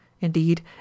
Indeed